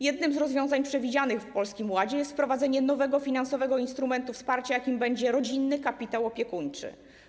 Jednym z rozwiązań przewidzianych w Polskim Ładzie jest wprowadzenie nowego finansowego instrumentu wsparcia, jakim będzie rodzinny kapitał opiekuńczy.